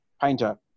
painter